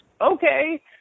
Okay